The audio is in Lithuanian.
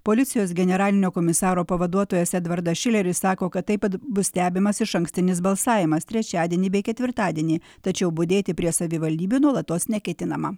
policijos generalinio komisaro pavaduotojas edvardas šileris sako kad taip pat bus stebimas išankstinis balsavimas trečiadienį bei ketvirtadienį tačiau budėti prie savivaldybių nuolatos neketinama